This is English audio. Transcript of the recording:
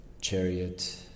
chariot